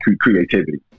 creativity